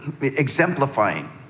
exemplifying